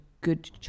good